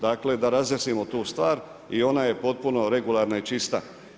Dakle, da razjasnimo tu stvar i ona je potpuno regularna i čista.